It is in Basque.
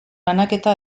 banaketa